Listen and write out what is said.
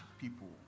people